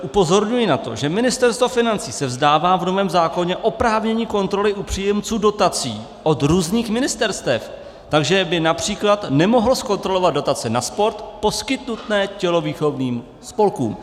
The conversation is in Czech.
Upozorňuji na to, že Ministerstvo financí se v novém zákoně vzdává oprávnění kontroly u příjemců dotací od různých ministerstev, takže by například nemohlo zkontrolovat dotace na sport poskytnuté tělovýchovným spolkům.